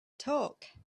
talk